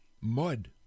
mud